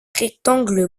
rectangle